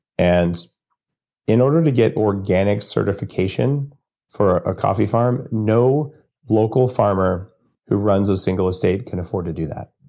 and in order to get organic certification for a coffee farm, no local farmer who runs a single estate can afford to do that.